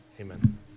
Amen